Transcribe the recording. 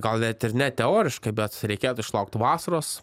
gal net ir ne teoriškai bet reikėtų išlaukt vasaros